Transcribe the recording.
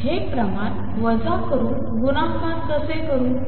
हे प्रमाण वजा करून गुणाकार कसे करू